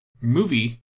movie